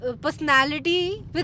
personality